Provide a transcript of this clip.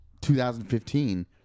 2015 –